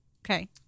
Okay